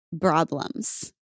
problems